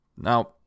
Now